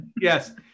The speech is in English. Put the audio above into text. yes